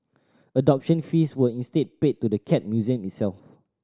adoption fees were instead paid to the Cat Museum itself